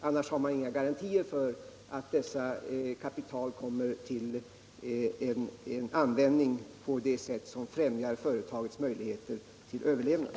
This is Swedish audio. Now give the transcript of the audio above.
Annars har man inga garantier för att tillskjutet kapital kommer till användning på ett sätt som främjar företagets möjligheter till överlevnad.